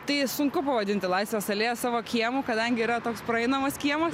tai sunku pavadinti laisvės alėją savo kiemu kadangi yra toks praeinamas kiemas